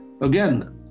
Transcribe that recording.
Again